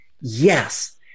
Yes